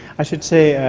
i should say,